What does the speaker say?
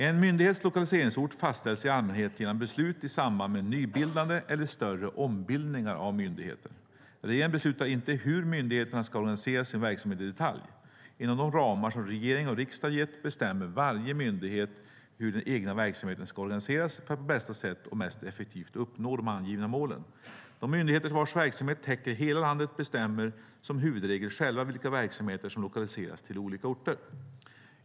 En myndighets lokaliseringsort fastställs i allmänhet genom beslut i samband med nybildande eller större ombildningar av myndigheter. Regeringen beslutar inte hur myndigheterna ska organiseras sin verksamhet i detalj. Inom de ramar som regering och riksdag gett bestämmer varje myndighet hur den egna verksamheten ska organiseras för att på bästa sätt och mest effektivt uppnå de angiva målen. De myndigheter vars verksamhet täcker hela landet bestämmer som huvudregel själva vilka verksamheter som lokaliseras till olika orter.